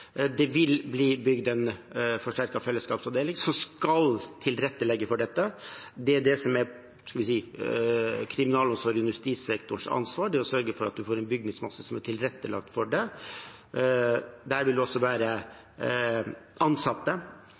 Det vil bli bygd en forsterket fellesskapsavdeling som skal tilrettelegge for dette. Det som er – skal vi si – kriminalomsorgen og justissektorens ansvar, er å sørge for at man får en bygningsmasse som er tilrettelagt for det. Der vil det også være ansatte